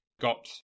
got